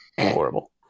horrible